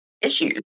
issues